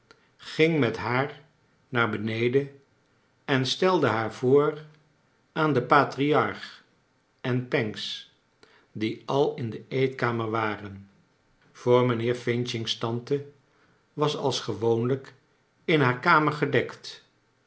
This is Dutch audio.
ging met haar naar beneden en stelde haar voor aan den patriarch en pancks die al in de eetkamer waren voor mijnheer f's tante was als gewoonlijk in haar kamer gedekt